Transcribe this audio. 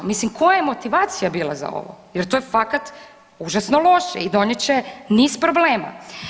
Koja je motivacija bila za ovo jer to je fakat užasno loše i donijet će niz problema.